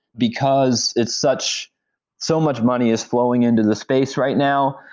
because it's such so much money is flowing into the space right now,